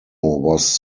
was